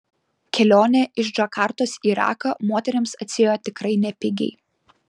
kelionė iš džakartos į raką moterims atsiėjo tikrai nepigiai